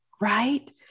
Right